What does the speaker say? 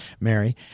Mary